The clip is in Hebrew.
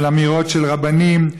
של אמירות של רבנים.